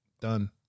Done